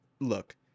Look